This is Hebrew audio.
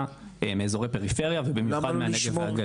מאזורי פריפריה ובמיוחד מהנגב והגליל.